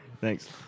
Thanks